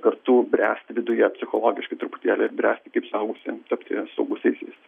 kartu bręsti viduje psichologiškai truputėlį bręsti kaip suaugusiem tapti suaugusiaisiais